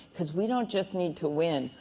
because we don't just need to win,